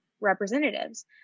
representatives